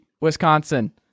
Wisconsin